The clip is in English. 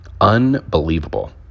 Unbelievable